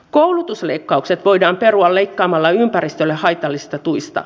koulutusleikkaukset voidaan perua leikkaamalla ympäristölle haitallisista tuista